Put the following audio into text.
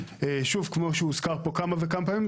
שוב כמו שהוזכר פה כמה וכמה פעמים,